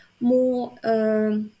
more